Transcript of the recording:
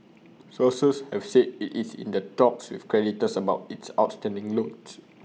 sources have said IT is in the talks with creditors about its outstanding loans